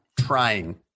trying